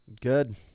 Good